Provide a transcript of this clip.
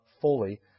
fully